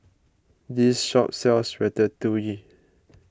this shop sells Ratatouille